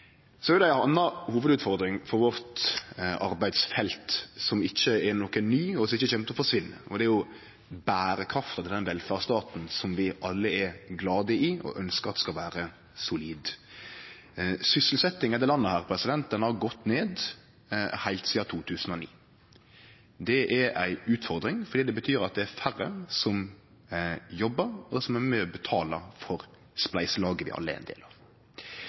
Så er det ei anna hovudutfordring for vårt arbeidsfelt, som ikkje er ny, og som ikkje kjem til å forsvinne, og det er berekrafta til den velferdsstaten som vi alle er glade i og ønskjer skal vere solid. Sysselsetjinga i dette landet har gått ned heilt sidan 2009. Det er ei utfordring fordi det betyr at det er færre som jobbar, og som er med og betalar for spleiselaget vi alle er ein del av.